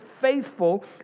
faithful